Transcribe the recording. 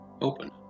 Open